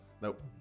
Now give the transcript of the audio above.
Nope